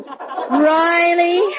Riley